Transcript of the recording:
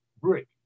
brick